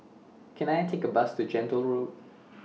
Can I Take A Bus to Gentle Road